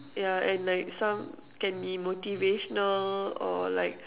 yeah and like some can be motivational or like